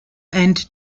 and